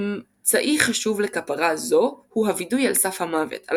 אמצעי חשוב לכפרה זו הוא הווידוי על סף המוות – על